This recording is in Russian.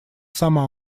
сама